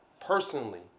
personally